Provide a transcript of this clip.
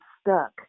stuck